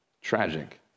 Tragic